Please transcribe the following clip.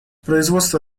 производство